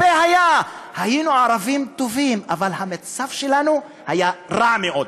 היינו ערבים טובים, אבל המצב שלנו היה רע מאוד.